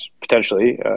potentially